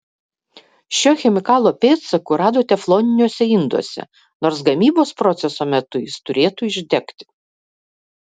šio chemikalo pėdsakų rado tefloniniuose induose nors gamybos proceso metu jis turėtų išdegti